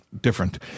different